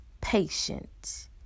patient